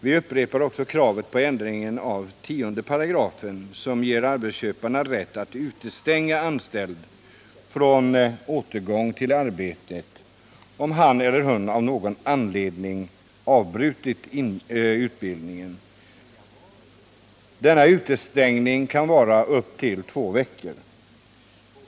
Vi upprepar också kravet på en ändring av 10 §, som ger arbetsköparna rätt att utestänga en anställd från återgång till sitt arbete, om han eller hon av någon anledning avbrutit utbildningen. Denna utestängning kan vara upp till två veckor.